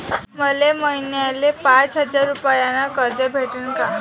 मले महिन्याले पाच हजार रुपयानं कर्ज भेटन का?